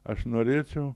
aš norėčiau